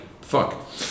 fuck